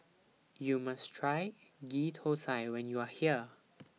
YOU must Try Ghee Thosai when YOU Are here